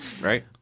Right